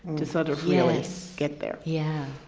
to sort of really get there. yeah.